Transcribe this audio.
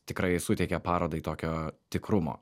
tikrai suteikia parodai tokio tikrumo